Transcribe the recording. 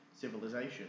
civilization